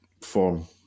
form